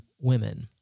women